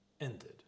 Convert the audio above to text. ended